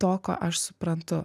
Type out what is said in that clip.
to ko aš suprantu